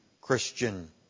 Christian